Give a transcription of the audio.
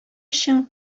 өчен